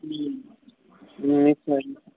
নিশ্চয়